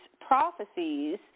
prophecies